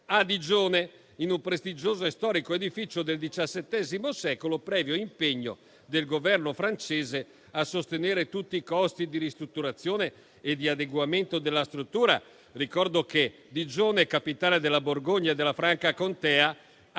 a Digione, in un prestigioso e storico edificio del XVII secolo, previo impegno del Governo francese a sostenere tutti i costi di ristrutturazione e di adeguamento della struttura. Ricordo che Digione è capitale della Borgogna e della Franca Contea,